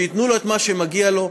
שייתנו לו את מה שמגיע לו.